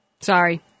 Sorry